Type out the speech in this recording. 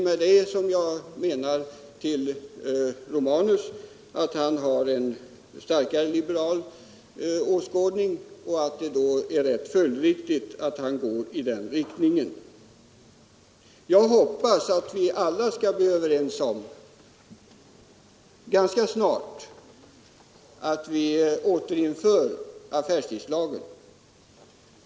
Herr Romanus har en liberal åskådning, och det är därför följdriktigt att han går just i den riktningen. Jag hoppas dock att vi alla ganska snart skall bli överens om att återinföra affärstidslagen.